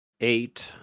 eight